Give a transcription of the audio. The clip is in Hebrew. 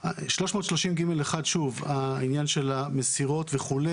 330ג1 העניין של המסירות וכו'.